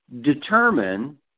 determine